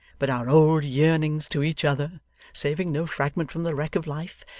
but our old yearnings to each other saving no fragment from the wreck of life,